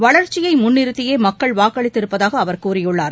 வளர்ச்சியை முன்னிறுத்தியே மக்கள் வாக்களித்திருப்பதாக அவர் கூறியுள்ளார்